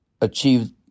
achieve